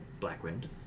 Blackwind